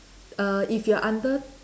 err if you're under